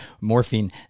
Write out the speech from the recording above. Morphine